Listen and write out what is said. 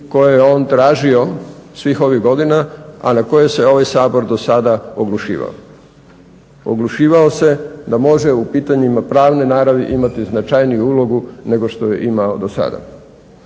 koje je on tražio svih ovih godina, a na koje se ovaj Sabor dosada oglušivao. Oglušivao se da može u pitanjima pravne naravi imati značajniju ulogu nego što ju je imao dosada.